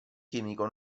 chimico